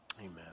amen